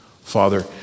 Father